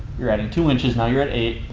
you're adding two inches, now you're at eight.